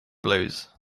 blues